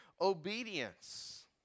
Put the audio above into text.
obedience